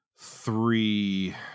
three